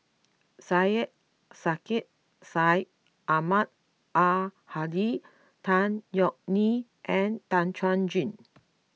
Syed Sheikh Syed Ahmad Al Hadi Tan Yeok Nee and Tan Chuan Jin